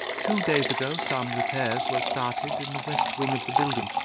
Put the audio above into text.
two days ago some repairs were started in the west wing of the building,